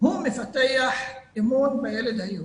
הוא מפתח אמון בילד היהודי.